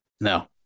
no